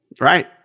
Right